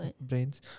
brains